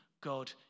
God